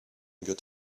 got